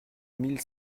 mille